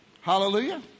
Hallelujah